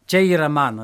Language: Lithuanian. čia yra mano